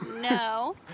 No